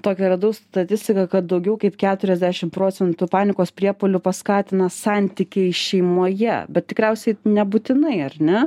tokią radau statistiką kad daugiau kaip keturiasdešim procentų panikos priepuolių paskatina santykiai šeimoje bet tikriausiai nebūtinai ar ne